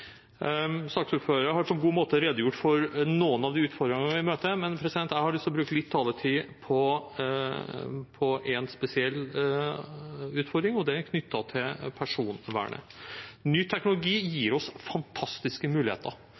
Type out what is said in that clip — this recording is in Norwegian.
har på en god måte redegjort for noen av de utfordringene vi vil møte, men jeg har lyst til å bruke litt taletid på en spesiell utfordring, og den er knyttet til personvernet. Ny teknologi gir oss fantastiske muligheter,